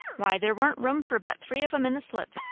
why, there warn't room for but three of em in the slip,